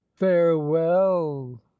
farewell